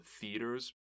theaters